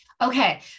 okay